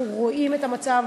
אנחנו רואים את המצב,